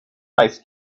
ice